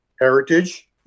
heritage